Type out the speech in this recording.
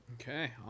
okay